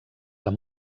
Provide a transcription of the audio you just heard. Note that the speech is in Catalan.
amb